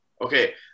Okay